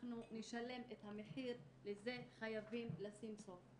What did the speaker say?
אנחנו נשלם את המחיר, לזה חייבים לשים סוף.